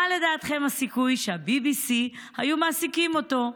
מה לדעתכם הסיכוי שה-BBC היו מעסיקים אותו?